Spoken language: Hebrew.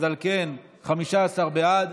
אז על כן, 15 בעד.